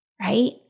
right